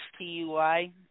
STUI